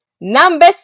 Number